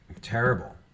Terrible